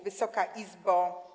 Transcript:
Wysoka Izbo!